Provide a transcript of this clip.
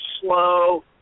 slow